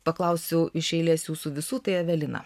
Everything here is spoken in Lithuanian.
paklausiu iš eilės jūsų visų tai evelina